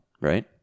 Right